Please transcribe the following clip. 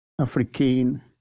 African